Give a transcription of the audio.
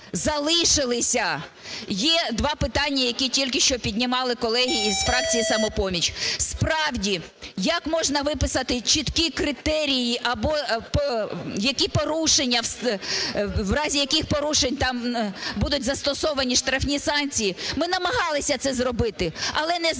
Є два питання, які тільки що піднімали колеги із фракції "Самопоміч". Справді, як можна виписати чіткі критерії або які порушення, в разі яких порушень там будуть застосовані штрафні санкції. Ми намагалися це зробити, але не знайшли